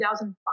2005